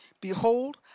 Behold